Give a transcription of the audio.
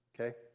okay